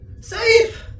Safe